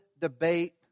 debate